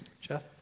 Jeff